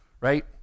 right